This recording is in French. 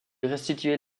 restituer